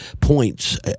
points